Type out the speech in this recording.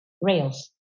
Rails